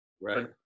Right